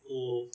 oh